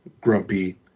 grumpy